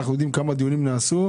אנחנו יודעים כמה דיונים נעשו,